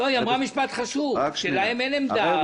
היא אמרה משפט חשוב, שלהם אין עמדה